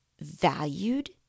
valued